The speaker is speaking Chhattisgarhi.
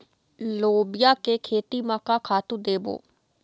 लोबिया के खेती म का खातू देबो?